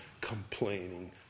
complaining